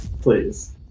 please